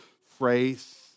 phrase